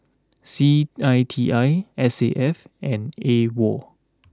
C I T I S A F and A wall